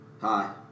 Hi